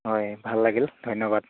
হয় ভাল লাগিল ধন্যবাদ